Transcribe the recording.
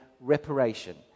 reparation